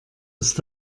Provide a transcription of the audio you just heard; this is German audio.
ist